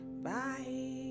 Bye